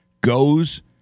goes